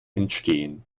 entstehen